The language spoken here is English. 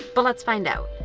but let's find out.